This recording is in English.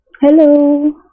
Hello